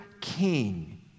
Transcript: king